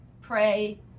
pray